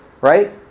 right